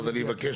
אז אני מבקש.